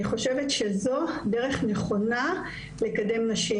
אני חושבת שזו דרך נכונה לקדם נשים.